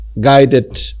guided